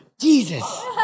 Jesus